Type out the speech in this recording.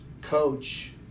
coach